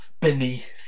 beneath